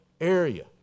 area